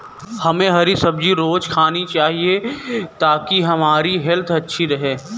हमे हरी सब्जी रोज़ खानी चाहिए ताकि हमारी हेल्थ अच्छी रहे